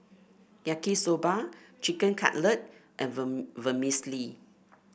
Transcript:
Yaki Soba Chicken Cutlet and Vermicelli